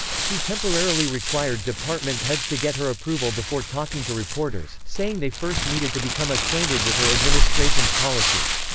she temporarily required department heads to get her approval before talking to reporters, saying they first needed to become acquainted with her administration's policies.